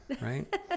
right